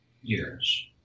years